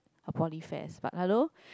her poly fares but hello